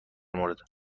مورد